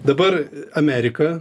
dabar amerika